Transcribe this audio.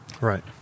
Right